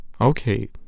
Okay